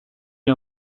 lui